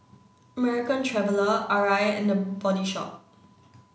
American Traveller Arai and The Body Shop